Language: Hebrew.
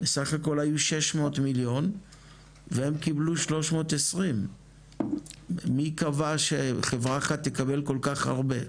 סך הכול היו 600 מיליון והם קיבלו 320. מי קבע שחברה אחת תקבל כל כך הרבה?